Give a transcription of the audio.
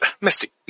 Misty